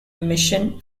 emission